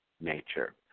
nature